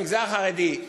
במגזר החרדי,